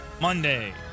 Monday